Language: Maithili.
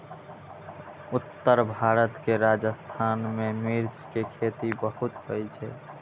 उत्तर भारत के राजस्थान मे मिर्च के खेती बहुत होइ छै